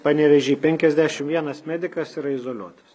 pavevėžy penkiasdešim vienas medikas yra izoliuotas